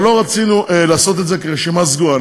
אבל לא רצינו לעשות את זה כרשימה סגורה.